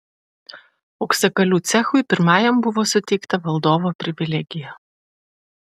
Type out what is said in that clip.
auksakalių cechui pirmajam buvo suteikta valdovo privilegija